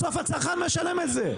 בסוף הצרכן משלם את זה.